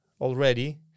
already